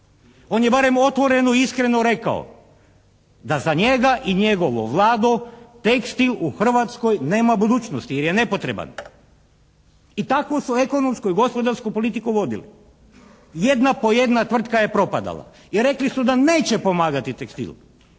On je barem otvoreno, iskreno rekao da za njega i njegovu Vladu tekstil u Hrvatskoj nema budućnosti jer je nepotreban i takvu su ekonomsku i gospodarsku politiku vodili. Jedna po jedna tvrtka je propadala jer rekli su da neće pomagati tekstil